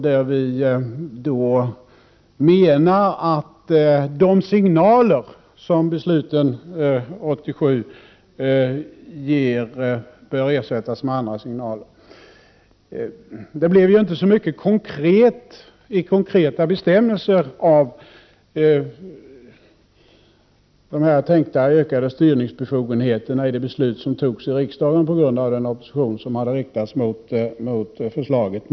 Där menar vi att de signaler som ges enligt beslutet 1987 bör ersättas med andra signaler. Det blev inte så mycket i konkreta bestämmelser av de tänkta ökade styrningsbefogenheterna i det beslut som fattades i riksdagen, på grund av den opposition som hade riktats mot förslaget.